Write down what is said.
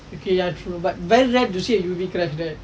okay ya true but very rare to see U_A_V crash right